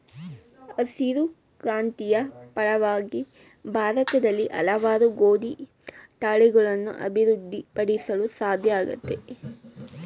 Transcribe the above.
ಹಸಿರು ಕ್ರಾಂತಿಯ ಫಲವಾಗಿ ಭಾರತದಲ್ಲಿ ಹಲವಾರು ಗೋದಿ ತಳಿಗಳನ್ನು ಅಭಿವೃದ್ಧಿ ಪಡಿಸಲು ಸಾಧ್ಯ ಆಗ್ಯದ